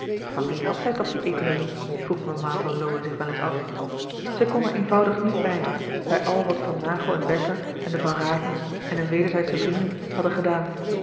van wie had zij toch die economie vroeg mama van lowe zich wel eens af zij kon er eenvoudig niet bij bij al wat van naghel en bertha en de van ravens en hun wederzijdsche vrienden hadden gedaan